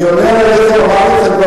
אני לא עונה על הדלק, אני עונה על הלחם.